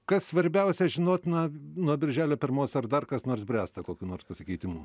kas svarbiausia žinotina nuo birželio pirmos ar dar kas nors bręsta kokių nors pasikeitimų